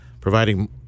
providing